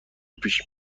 پیش